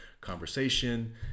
conversation